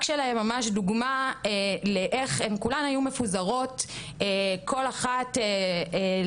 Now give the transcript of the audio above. שלהן ממש לתת דוגמא לאיך הן כולן היו מפוזרות כל אחת לעצמה,